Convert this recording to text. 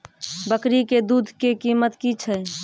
बकरी के दूध के कीमत की छै?